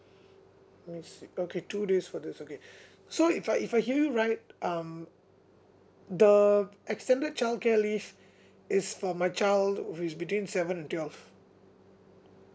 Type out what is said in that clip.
I see okay two days for this okay so if I if I hear you right um the extended childcare leave is for my child which is between seven and twelve